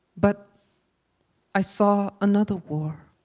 but i saw another war